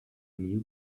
new